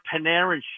Panarin